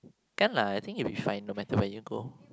can lah I think you'll be fine no matter where you go